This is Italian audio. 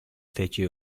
fece